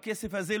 הכסף הזה,